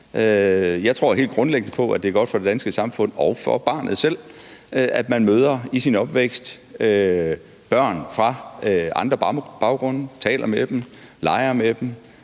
Jeg tror helt grundlæggende på, at det er godt for det danske samfund og for barnet selv, at man i sin opvækst møder børn fra andre baggrunde – taler med dem, leger med dem,